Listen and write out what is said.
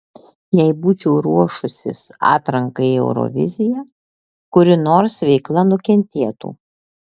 jei būčiau ruošusis atrankai į euroviziją kuri nors veikla nukentėtų